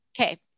Okay